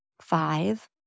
five